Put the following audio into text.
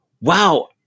Wow